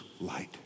light